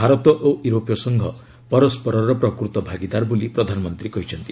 ଭାରତ ଓ ୟୁରୋପୀୟ ସଂଘ ପରସ୍କରର ପ୍ରକୃତ ଭାଗିଦାର ବୋଲି ପ୍ରଧାନମନ୍ତ୍ରୀ କହିଛନ୍ତି